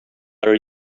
are